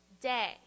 day